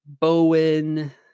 Bowen